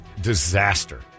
Disaster